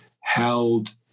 held